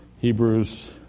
Hebrews